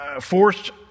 forced